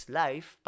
life